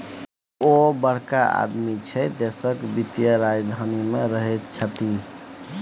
ओ बड़का आदमी छै देशक वित्तीय राजधानी मे रहैत छथि